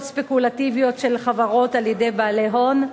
ספקולטיביות של חברות על-ידי בעלי הון,